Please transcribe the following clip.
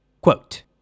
Quote